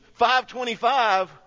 5.25